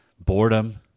Boredom